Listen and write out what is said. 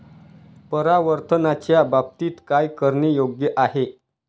परावर्तनाच्या बाबतीत काय करणे योग्य आहे